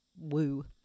woo